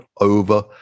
over